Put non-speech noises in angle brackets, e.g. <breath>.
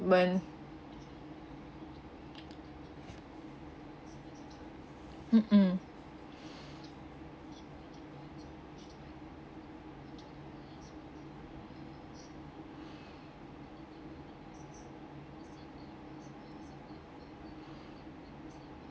when mm mm <breath>